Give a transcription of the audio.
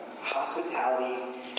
Hospitality